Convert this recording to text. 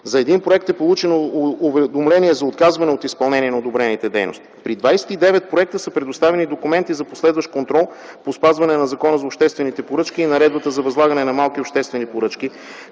За един проект е получено уведомление за отказване от изпълнението на одобрените дейности. При 29 проекта са предоставени документи за последващ контрол по спазването на Закона за обществени поръчки и Наредбата за възлагане на малки обществени поръчки,